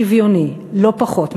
שוויוני לא פחות מזה.